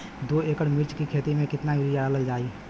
दो एकड़ मिर्च की खेती में कितना यूरिया डालल जाला?